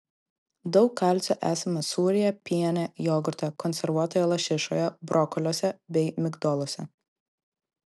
daug kalcio esama sūryje piene jogurte konservuotoje lašišoje brokoliuose bei migdoluose